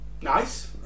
Nice